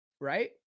right